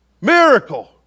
Miracle